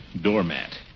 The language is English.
Doormat